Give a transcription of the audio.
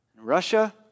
Russia